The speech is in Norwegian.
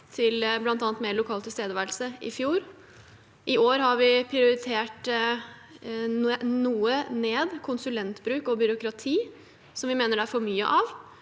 til bl.a. mer lokal tilstedeværelse i fjor. I år har vi prioritert noe ned konsulentbruk og byråkrati, som vi mener det er for mye av,